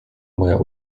moja